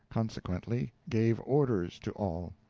consequently gave orders to all.